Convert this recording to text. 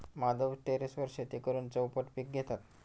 माधव टेरेसवर शेती करून चौपट पीक घेतात